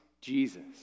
Jesus